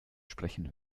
sprechen